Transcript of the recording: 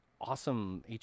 awesome